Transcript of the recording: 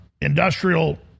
Industrial